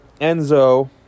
Enzo